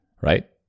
right